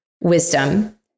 wisdom